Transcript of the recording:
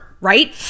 right